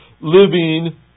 living